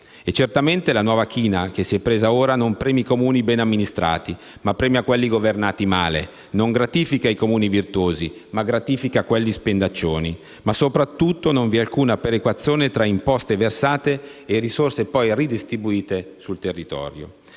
E certamente la nuova china che si è presa ora non premia i Comuni ben amministrati, ma premia quelli governati male, non gratifica i Comuni virtuosi, ma gratifica quelli spendaccioni. Ma sopratutto non vi è alcuna perequazione tra imposte versate e risorse poi ridistribuite ai territori.